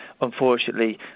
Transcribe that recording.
unfortunately